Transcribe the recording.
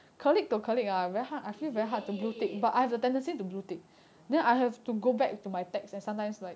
is it okay okay